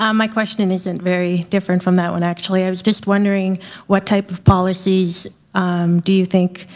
um my question isn't very different from that one actually. i was just wondering what type of policies do you think.